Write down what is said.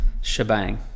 shebang